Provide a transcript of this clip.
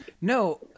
No